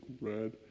red